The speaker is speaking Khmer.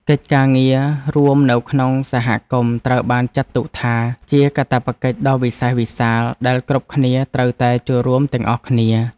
កិច្ចការងាររួមនៅក្នុងសហគមន៍ត្រូវបានចាត់ទុកថា ជាកាតព្វកិច្ចដ៏វិសេសវិសាលដែលគ្រប់គ្នាត្រូវតែចូលរួមទាំងអស់គ្នា។